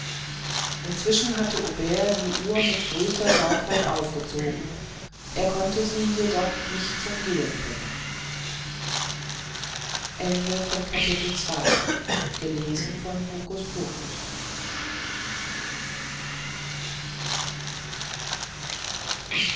inzwischen hatte aubert die uhr mit größter sorgfalt aufgezogen er konnte sie jedoch nicht zum gehen bringen